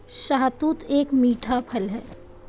शहतूत एक मीठा फल है